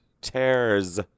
tears